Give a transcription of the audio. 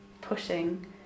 pushing